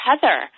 Heather